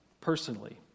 personally